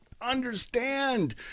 understand